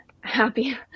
happy